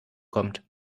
kommt